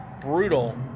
brutal